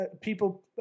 People